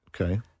Okay